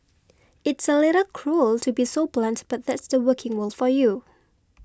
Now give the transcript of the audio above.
it's a little cruel to be so blunt but that's the working world for you